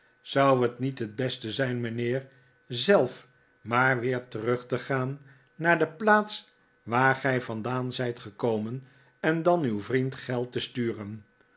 zou het niet beste zijn mijnheer zelf maar weer terug te gaan naar de plaats waar gij vandaan zijt gekomen en dan uw vriend geld te sturen